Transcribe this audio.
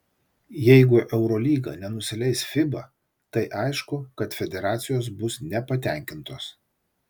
jeigu eurolyga nenusileis fiba tai aišku kad federacijos bus nepatenkintos